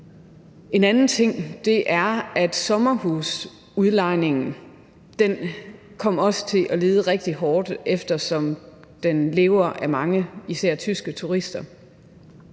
En anden ting er, at sommerhusudlejningen også kom til at lide rigtig hårdt, eftersom den lever af mange især tyske turister.